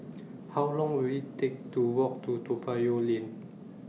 How Long Will IT Take to Walk to Toa Payoh Lane